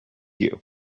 you